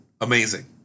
amazing